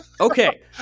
Okay